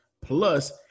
Plus